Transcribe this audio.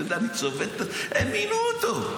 אתה יודע, אני צובט, הם מינו אותו.